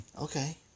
Okay